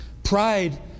Pride